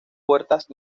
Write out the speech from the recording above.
puertas